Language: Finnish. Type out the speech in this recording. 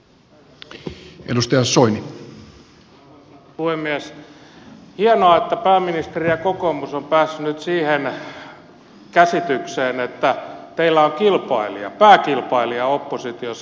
hienoa että pääministeri ja kokoomus ovat päässeet nyt siihen käsitykseen että teillä on kilpailija pääkilpailija oppositiossa